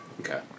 Okay